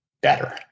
better